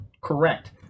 correct